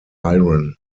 iron